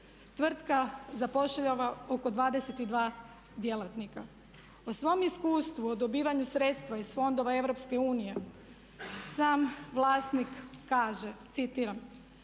Tvrtka zapošljava oko 22 djelatnika. O svom iskustvu o dobivanju sredstava iz fondova EU sam vlasnik kaže, citiram: